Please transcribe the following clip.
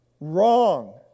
wrong